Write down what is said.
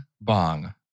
bong